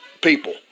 People